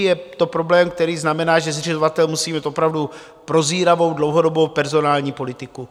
Je to problém, který znamená, že zřizovatel musí mít opravdu prozíravou, dlouhodobou personální politiku.